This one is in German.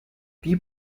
die